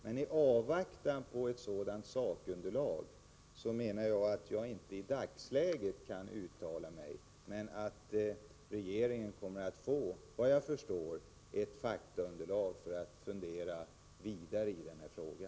Men i avvaktan på ett sådant sakunderlag kan jag i dagsläget inte uttala mig. Men regeringen kommer, vad jag förstår, att få ett faktaunderlag för att fundera vidare i denna fråga.